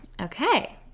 Okay